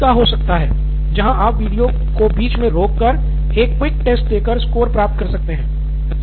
तो यह एक तरीका हो सकता है जहां आप वीडियो को बीच में रोक कर एक क्विक टेस्ट देकर स्कोर प्राप्त कर सकते हैं